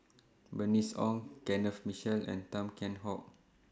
Bernice Ong Kenneth Mitchell and Tan Kheam Hock